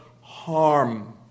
harm